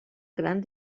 gran